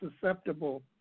susceptible